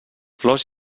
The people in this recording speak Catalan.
flors